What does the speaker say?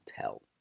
tell